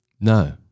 No